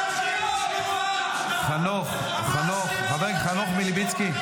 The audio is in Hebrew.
עלובים --- חבר הכנסת חנוך מלביצקי,